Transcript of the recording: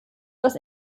das